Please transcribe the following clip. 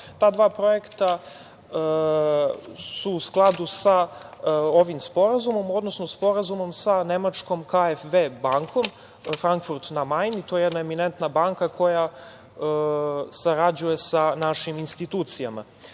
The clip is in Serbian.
Ta dva projekta su u skladu sa ovim sporazumom, odnosno Sporazumom sa nemačkom KfW bankom Frankfurt na Majni. To je jedna eminentna banka koja sarađuje sa našim institucijama.